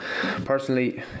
Personally